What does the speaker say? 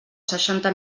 seixanta